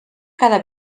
cada